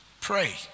pray